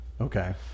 Okay